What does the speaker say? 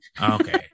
Okay